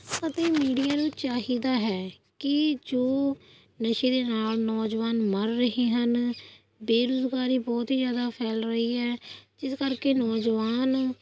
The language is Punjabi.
ਅਤੇ ਮੀਡੀਆ ਨੂੰ ਚਾਹੀਦਾ ਹੈ ਕਿ ਜੋ ਨਸ਼ੇ ਦੇ ਨਾਲ ਨੌਜਵਾਨ ਮਰ ਰਹੇ ਹਨ ਬੇਰੁਜ਼ਗਾਰੀ ਬਹੁਤ ਹੀ ਜ਼ਿਆਦਾ ਫੈਲ ਰਹੀ ਹੈ ਜਿਸ ਕਰਕੇ ਨੌਜਵਾਨ